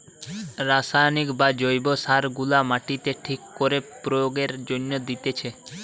রাসায়নিক বা জৈব সার গুলা মাটিতে ঠিক করে প্রয়োগের জন্যে দিতেছে